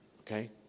okay